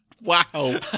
Wow